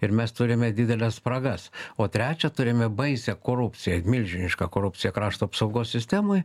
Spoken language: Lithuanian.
ir mes turime dideles spragas o trečia turime baisią korupciją milžinišką korupciją krašto apsaugos sistemoj